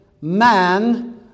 man